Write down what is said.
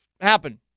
happen